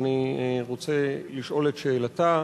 אני רוצה לשאול את שאלתה.